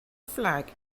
flags